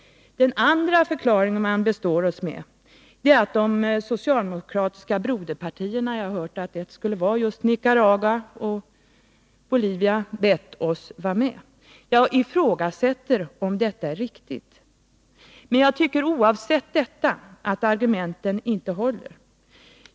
Den andra förklaring man består oss med är att de socialdemokratiska broderpartierna — jag har hört att några skulle vara just de i Nicaragua och Bolivia — bett oss vara med. Jag ifrågasätter om detta är riktigt. Men oavsett om det är det eller inte håller inte argumentet.